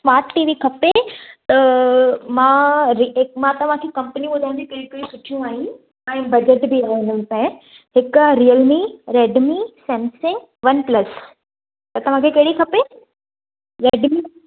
smart T V खपे त मां मां तव्हांखे कंपनी ॿुधाईंदी कहिड़ियूं कहिड़ियूं सुठियूं आहिनि ऐं बजट बि हिकु Realme Redmi Samsung OnePlus त तव्हांखे कहिड़ी खपे रेडमी